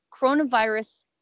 coronavirus